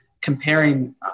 comparing